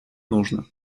нужно